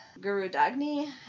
Gurudagni